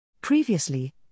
Previously